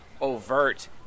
overt